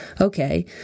Okay